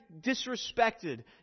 disrespected